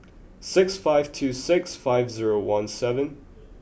six five two six five zero one seven